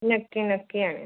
नक्की नक्की आणेन